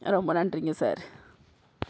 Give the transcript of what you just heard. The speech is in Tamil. ரொம்ப நன்றிங்க சார்